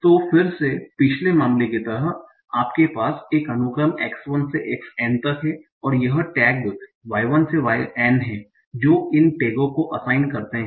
तो फिर से पिछले मामले की तरह आपके पास एक अनुक्रम x 1 से x n तक हैं और ये टैग y 1 से y n हैं जो इन टैगों को असाइन करते हैं